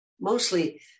mostly